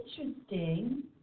interesting